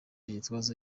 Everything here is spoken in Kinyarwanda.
gitwaza